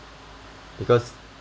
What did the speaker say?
because